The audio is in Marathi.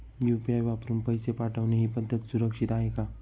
यु.पी.आय वापरून पैसे पाठवणे ही पद्धत सुरक्षित आहे का?